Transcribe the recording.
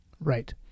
Right